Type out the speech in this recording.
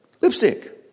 lipstick